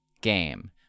game